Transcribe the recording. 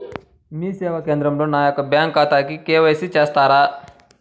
మీ సేవా కేంద్రంలో నా యొక్క బ్యాంకు ఖాతాకి కే.వై.సి చేస్తారా?